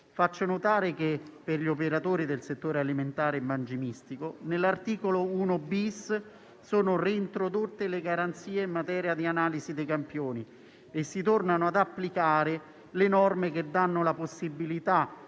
faccio notare che per gli operatori del settore alimentare e mangimistico, all'articolo 1-*bis* sono reintrodotte le garanzie in materia di analisi dei campioni e si tornano ad applicare le norme che danno la possibilità